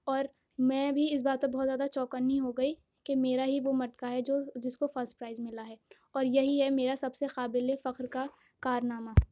اور میں بھی اس بات پر بہت زیادہ چوکنی ہوگئی کہ میرا ہی وہ مٹکا ہے جو جس کو فسٹ پرائز ملا ہے اور یہی ہے میرا سب سے قابل فخر کا کارنامہ